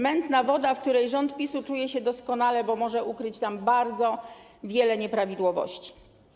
Mętna woda, w której rząd PiS-u czuje się doskonale, bo może ukryć tam bardzo wiele nieprawidłowości.